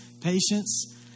patience